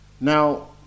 Now